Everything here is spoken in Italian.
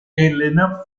elena